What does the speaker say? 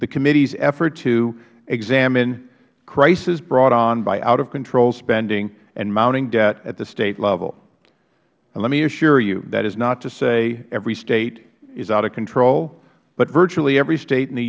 the committees effort to examine crises brought on by out of control spending and mounting debt at the state level now let me assure you that is not to say every state is out of control but virtually every state in the